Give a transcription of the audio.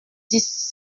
dix